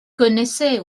connaissait